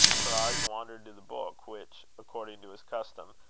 her eyes wandered to the book which, according to his custom,